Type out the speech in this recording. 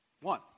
One